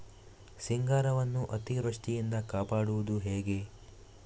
ಸಿಂಗಾರವನ್ನು ಅತೀವೃಷ್ಟಿಯಿಂದ ಕಾಪಾಡುವುದು ಹೇಗೆ?